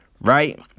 right